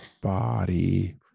body